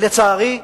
לצערי,